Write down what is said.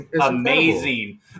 amazing